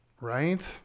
Right